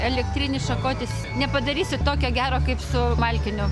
elektrinis šakotis nepadarysit tokio gero kaip su malkiniu